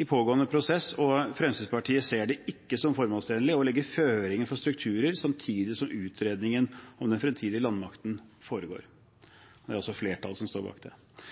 i pågående prosess, og Fremskrittspartiet ser det ikke som formålstjenlig å legge føringer for strukturer samtidig som utredningen om den fremtidige landmakten foregår. Det er altså flertallet som står bak det.